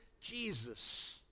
Jesus